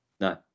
No